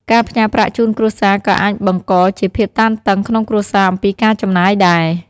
ការផ្ញើប្រាក់ជូនគ្រួសារក៏អាចបង្កជាភាពតានតឹងក្នុងគ្រួសារអំពីការចំណាយដែរ។